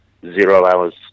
zero-hours